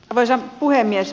arvoisa puhemies